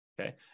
Okay